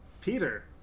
Peter